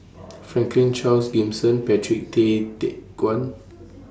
Franklin Charles Gimson Patrick Tay Teck Guan